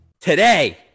Today